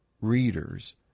readers